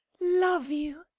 love you,